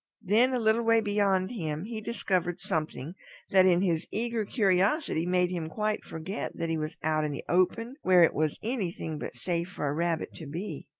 then a little way beyond him he discovered something that in his eager curiosity made him quite forget that he was out in the open where it was anything but safe for a rabbit to be.